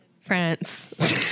France